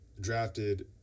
drafted